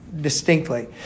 distinctly